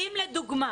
אם לדוגמה